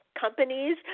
Companies